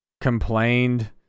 complained